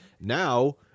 Now